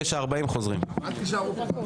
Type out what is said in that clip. חוזרים ב-09:40.